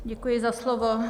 Děkuji za slovo.